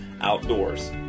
outdoors